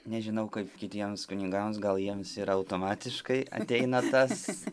nežinau kaip kitiems kunigams gal jiems ir automatiškai ateina tas